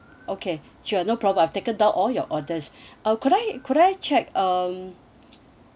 okay sure no problem I've taken down all your orders uh could I could I check um